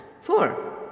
Four